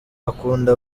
akunda